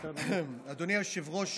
אדוני היושב-ראש,